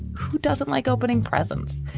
who doesn't like opening presents?